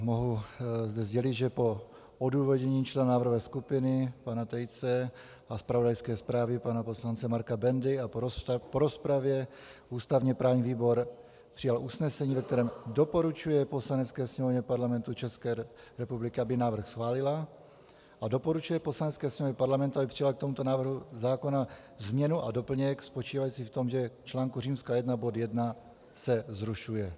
Mohu zde sdělit, že po odůvodnění člena návrhové skupiny pana Tejce a zpravodajské zprávě pana poslance Marka Bendy a po rozpravě ústavněprávní výbor přijal usnesení, ve kterém doporučuje Poslanecké sněmovně Parlamentu České republiky, aby návrh schválila, a doporučuje Poslanecké sněmovně Parlamentu, aby přijala v tomto návrhu zákona změnu a doplněk spočívající v tom, že v článku I bod 1 se zrušuje.